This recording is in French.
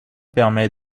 permet